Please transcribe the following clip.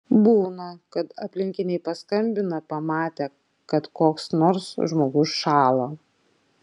būna kad aplinkiniai paskambina pamatę kad koks nors žmogus šąla